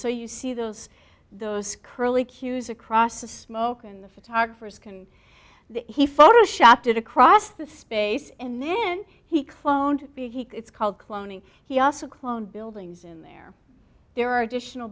so you see those those curly cues across the smoke and the photographers can he photoshop it across the space and then he cloned be he called cloning he also clone buildings in there there are additional